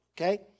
okay